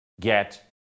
get